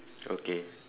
okay